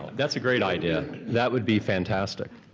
that's a great idea. that would be fantastic.